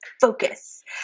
focus